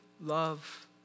love